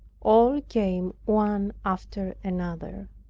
all came one after another